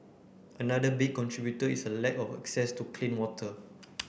another big contributor is a lack of access to clean water